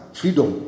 freedom